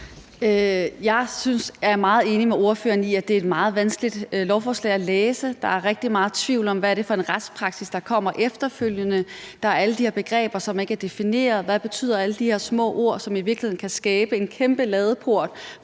Jeg er meget enig med ordføreren i, at det er et meget vanskeligt lovforslag at læse. Der er rigtig meget tvivl om, hvad det er for en retspraksis, der kommer efterfølgende. Der er alle de her begreber, som ikke er defineret. Hvad betyder alle de her små ord, som i virkeligheden kan åbne en kæmpe ladeport